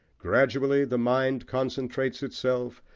gradually the mind concentrates itself,